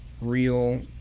real